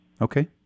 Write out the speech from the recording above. Okay